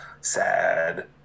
sad